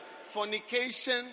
Fornication